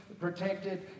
protected